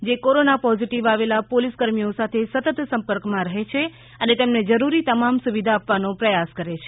જે corona positive આવેલા police કર્મીઓ સાથે સતત સંપર્કમાં રહે છે અને તેમને જરૂરી તમામ સુવિધા આપવાનો પ્રયાસ કરે છે